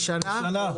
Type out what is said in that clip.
לשנה?